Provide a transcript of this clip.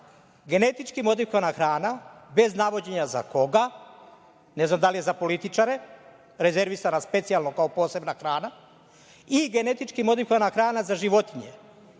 genetički modifikovana hrana, bez navođenja za koga, ne znam da li je za političare, rezervisana kao specijalno posebna hrana i genetički modifikovana hrana za životinje,